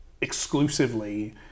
exclusively